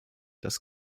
dass